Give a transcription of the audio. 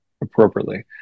appropriately